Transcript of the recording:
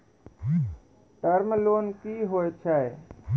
Term loan कि होय छै?